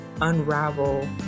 unravel